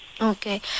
Okay